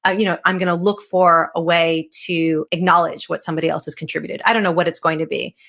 ah you know i'm going to look for a way to acknowledge what somebody else has contributed. i don't know what it's going to be.